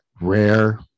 rare